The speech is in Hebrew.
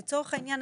לצורך העניין,